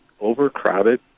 overcrowded